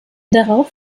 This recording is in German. darauf